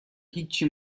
هیچی